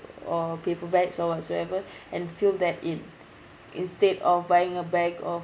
or paper bags or whatsoever and fill that in instead of buying a bag of